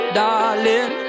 darling